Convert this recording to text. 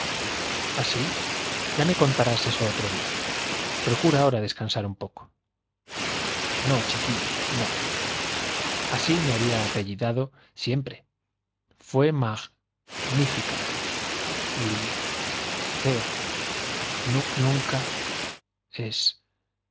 sí ya me contarás eso otro día procura ahora descansar un poco no chiquillo no así me había apellidado talis vita fué mag li siempre magnífica ceo nunca es